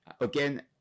Again